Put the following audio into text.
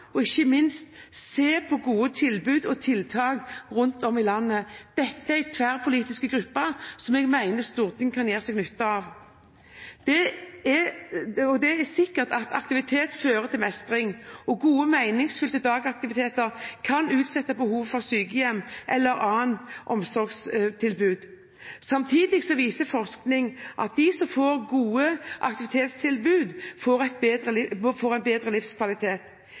og ikke minst se på gode tilbud og tiltak rundt om i landet. Dette er en tverrpolitisk gruppe som jeg mener Stortinget kan gjøre seg nytte av. Det er sikkert at aktivitet fører til mestring, og gode, meningsfylte dagaktiviteter kan utsette behovet for sykehjem eller annet omsorgstilbud. Samtidig viser forskning at de som får gode aktivitetstilbud, får en bedre